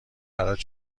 برات